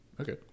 okay